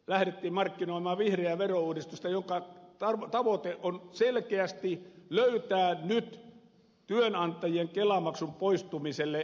lähdettiin markkinoimaan vihreää verouudistusta jonka tavoite on nyt selkeästi löytää työnantajien kelamaksun poistumiselle uudet maksajat